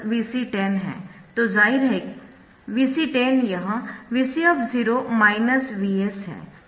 तो जाहिर है Vc10 यह Vc Vs है